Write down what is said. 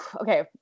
Okay